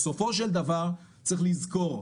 בסופו של דבר, צריך לזכור,